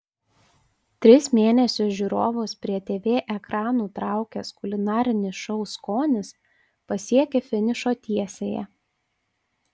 tris mėnesius žiūrovus prie tv ekranų traukęs kulinarinis šou skonis pasiekė finišo tiesiąją